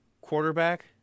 quarterback